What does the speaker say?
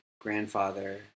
grandfather